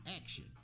action